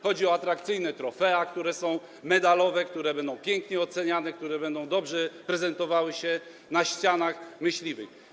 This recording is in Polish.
Chodzi o atrakcyjne trofea, które są medalowe, które będą pięknie oceniane, które będą dobrze prezentowały się na ścianach myśliwych.